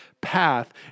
path